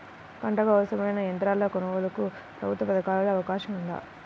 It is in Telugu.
పంటకు అవసరమైన యంత్రాల కొనగోలుకు ప్రభుత్వ పథకాలలో అవకాశం ఉందా?